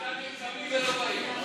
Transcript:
העיקר נרשמים ולא באים.